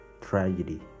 tragedy